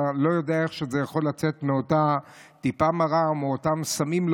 אתה לא יודע איך אפשר לצאת מאותה טיפה מרה או מאותם סמים,